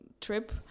trip